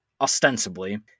ostensibly